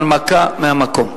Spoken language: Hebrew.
הנמקה מהמקום.